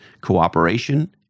cooperation